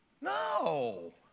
No